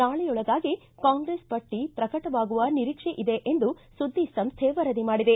ನಾಳೆಯೊಳಗಾಗಿ ಕಾಂಗ್ರೆಸ್ ಪಟ್ಟಿ ಪ್ರಕಟವಾಗುವ ನಿರೀಕ್ಷೆ ಇದೆ ಎಂದು ಸುದ್ದಿ ಸಂಸ್ಟೆ ವರದಿ ಮಾಡಿದೆ